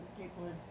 People